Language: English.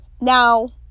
Now